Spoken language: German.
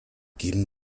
geben